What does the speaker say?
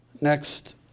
Next